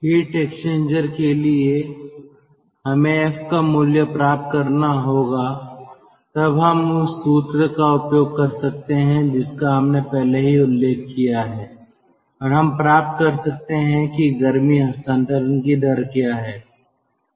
heat exchanger के लिए हमें F का मूल्य प्राप्त करना होगा तब हम उस सूत्र का उपयोग कर सकते हैं जिसका हमने पहले ही उल्लेख किया है और हम प्राप्त कर सकते हैं कि गर्मी हस्तांतरण की दर क्या है